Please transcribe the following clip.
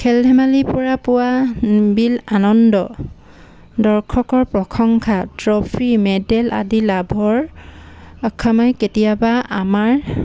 খেল ধেমালিৰ পৰা পোৱা বিল আনন্দ দৰ্শকৰ প্ৰশংসা ট্ৰফি মেডেল আদি লাভৰ অক্ষমে কেতিয়াবা আমাৰ